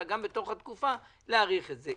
אלא גם בתוך התקופה להאריך את זה.